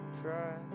cry